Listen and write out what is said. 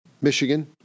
Michigan